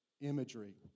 imagery